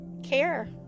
care